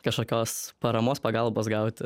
kažkokios paramos pagalbos gauti